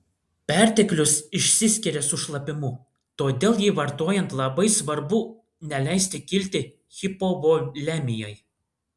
perteklius išsiskiria su šlapimu todėl jį vartojant labai svarbu neleisti kilti hipovolemijai